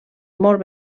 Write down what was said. molt